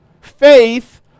Faith